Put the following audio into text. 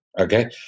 okay